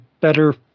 better